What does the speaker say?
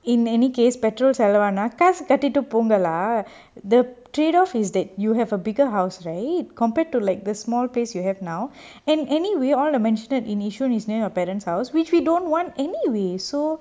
in any case petrol செலவானா காசு கட்டிட்டு போங்கள்:selavana kaasu kattitu pongal lah the trade off is that you have a bigger house right compared to like the small place you have now and anyway all the mansion in yishun is near your parents house which we don't want anyway so